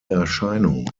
erscheinung